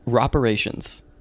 operations